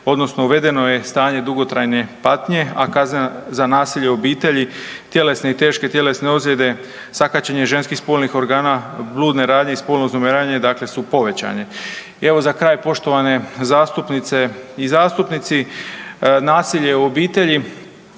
odnosno uvedeno je stanje dugotrajne patnje, a kazna za nasilje u obitelji tjelesne i teške tjelesne ozljede, sakaćenje ženskih spolnih organa, bludne radnje i spolno uznemiravanje su povećani. Evo za kraj poštovane zastupnice i zastupnici, nasilje u obitelji,